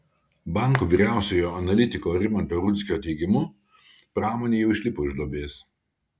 banko vyriausiojo analitiko rimanto rudzkio teigimu pramonė jau išlipo iš duobės